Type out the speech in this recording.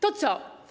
To co?